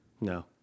No